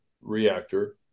reactor